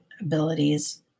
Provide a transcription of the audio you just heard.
abilities